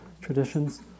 traditions